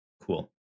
Cool